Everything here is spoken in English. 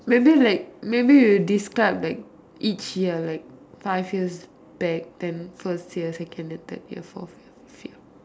maybe like maybe you describe like each year like five years back then first year second and third ya forth fifth